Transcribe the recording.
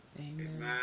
Amen